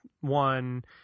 One